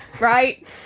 Right